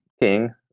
king